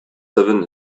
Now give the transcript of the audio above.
seven